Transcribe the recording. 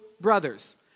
brothers